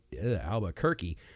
Albuquerque